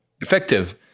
effective